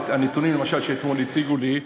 הנתונים שאתמול הציגו לי,